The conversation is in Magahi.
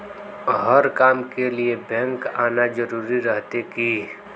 हर काम के लिए बैंक आना जरूरी रहते की?